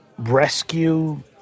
rescue